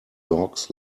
dogs